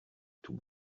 tout